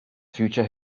future